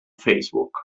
facebook